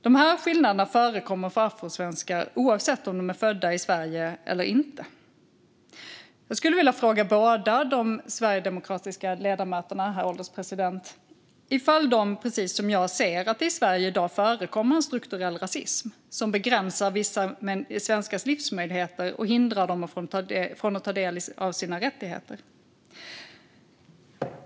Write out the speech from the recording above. De här skillnaderna förekommer för afrosvenskar oavsett om de är födda i Sverige eller inte. Herr ålderspresident! Jag skulle vilja fråga båda de sverigedemokratiska ledamöterna ifall de precis som jag ser att det i Sverige i dag förekommer strukturell rasism som begränsar vissa svenskars livsmöjligheter och hindrar dem från att ta del av sina rättigheter.